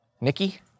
Nikki